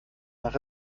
nach